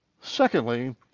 Secondly